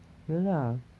ya lah